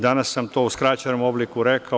Danas sam to u skraćenom obliku rekao.